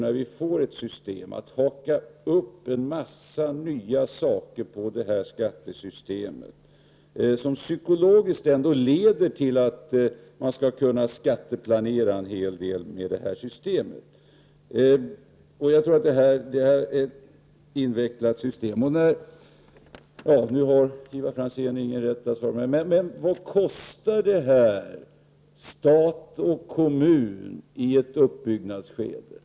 När vi nu får ett nytt skattesystem skall man inte på det skattesystemet börja haka upp en massa nya saker, som leder till att man skall kunna skatteplanera en hel del med detta system. Det här är ett invecklat system. Jag vet att Ivar Franzén nu inte har rätt att svara mig, men jag vill ändå fråga: Vad kostar detta stat och kommun i ett uppbyggnadsskede?